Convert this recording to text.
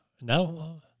No